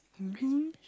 mmhmm